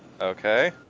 Okay